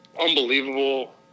unbelievable